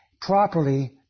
properly